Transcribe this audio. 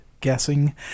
guessing